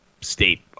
state